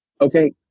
Okay